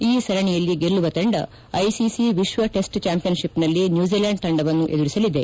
ಈ ಸರಣಿಯಲ್ಲಿ ಗೆಲ್ಲವ ತಂಡ ಐಸಿಸಿ ವಿಶ್ವ ಟೆಸ್ಟ ಚಾಂಪಿಯನ್ಶಿಪ್ ನಲ್ಲಿ ನ್ಲೂಜಲೆಂಡ್ ತಂಡವನ್ನು ಎದುರಿಸಲಿದೆ